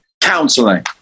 counseling